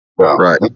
right